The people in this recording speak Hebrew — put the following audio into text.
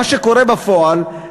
מה שקורה בפועל,